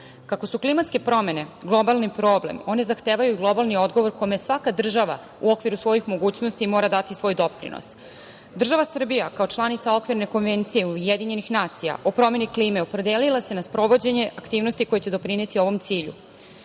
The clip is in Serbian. Kako su klimatske promene globalni problem, one zahtevaju globalni odgovor kome svaka država u okviru svojih mogućnosti mora dati svoj doprinos. Država Srbija kao članica Okvirne konvencije UN o promeni klime, opredelila se na sprovođenje aktivnosti koje će doprineti ovom